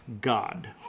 God